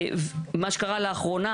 מה שקרה לאחרונה,